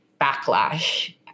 backlash